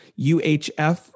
uhf